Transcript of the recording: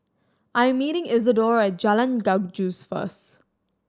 I am meeting Isadore at Jalan Gajus first